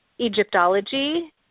Egyptology